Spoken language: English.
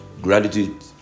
gratitude